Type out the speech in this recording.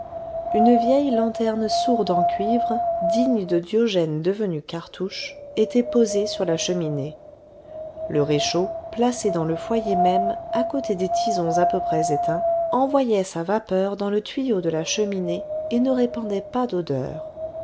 une vieille lanterne sourde en cuivre digne de diogène devenu cartouche était posée sur la cheminée le réchaud placé dans le foyer même à côté des tisons à peu près éteints envoyait sa vapeur dans le tuyau de la cheminée et ne répandait pas d'odeur